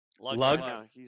lug